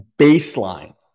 baseline